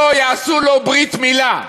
שלא יעשו לו ברית מילה.